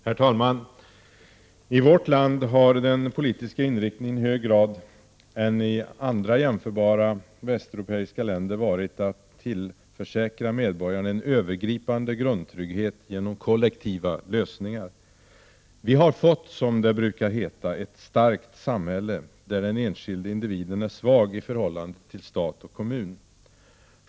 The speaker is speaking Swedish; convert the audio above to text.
Herr talman! I vårt land har den politiska inriktningen i högre grad än i andra jämförbara västeuropeiska länder varit att tillförsäkra medborgarna en övergripande grundtrygghet genom kollektiva lösningar. Vi har fått, som det brukar heta, ett ”starkt samhälle”, där den enskilde individen är svag i förhållande till stat och kommun.